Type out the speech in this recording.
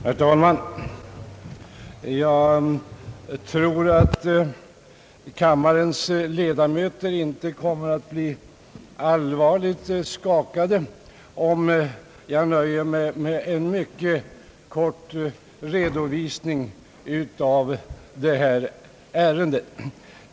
Herr talman! Jag tror att kammarens ledamöter inte kommer att bli allvarligt skakade om jag nöjer mig med en mycket kort redovisning av detta ärende.